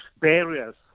barriers